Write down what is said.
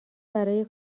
برای